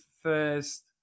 first